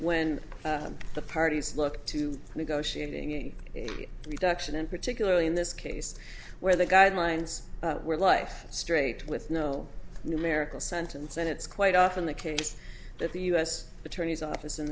when the parties look to negotiating in reduction and particularly in this case where the guidelines were life straight with no numerical sentence and it's quite often the case that the u s attorney's office in